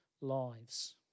lives